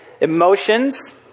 emotions